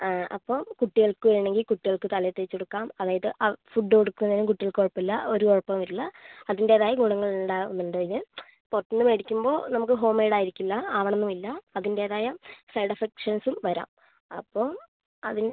അപ്പം കുട്ടികൾക്ക് വേണമെങ്കിൽ കുട്ടികൾക്ക് തലയിൽ തേച്ചു കൊടുക്കാം അതായത് ഫുഡ്ഡ് കൊടുക്കുന്നതിനും കുട്ടികൾക്ക് കുഴപ്പം ഇല്ല ഒരു കുഴപ്പവും വരില്ല അതിൻ്റെതായ ഗുണങ്ങൾ ഉണ്ടാവുന്നുണ്ട് അതിന് പുറത്തുനിന്ന് മേടിക്കുമ്പം നമുക്ക് ഹോം മെയ്ഡ് ആയിരിക്കില്ല ആവണമെന്നും ഇല്ല അതിൻ്റെതായ സൈഡ് എഫക്ഷൻസും വരാം അപ്പം അതിന്